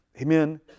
amen